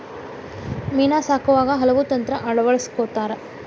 ಮೇನಾ ಸಾಕುವಾಗ ಹಲವು ತಂತ್ರಾ ಅಳವಡಸ್ಕೊತಾರ